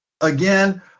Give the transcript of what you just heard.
again